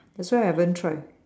that's why I haven't try